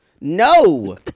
no